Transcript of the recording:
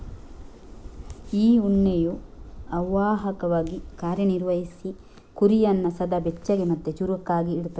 ಈ ಉಣ್ಣೆಯು ಅವಾಹಕವಾಗಿ ಕಾರ್ಯ ನಿರ್ವಹಿಸಿ ಕುರಿಯನ್ನ ಸದಾ ಬೆಚ್ಚಗೆ ಮತ್ತೆ ಚುರುಕಾಗಿ ಇಡ್ತದೆ